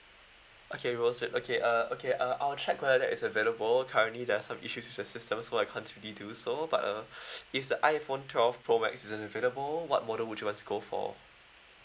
okay rose red okay uh okay uh I'll check whether it's available currently there's some issues with the system so I can't really do so but uh if the iphone twelve pro max isn't available what model would you want to go for